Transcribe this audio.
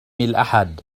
الأحد